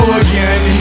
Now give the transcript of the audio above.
again